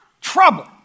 trouble